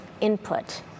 input